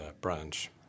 branch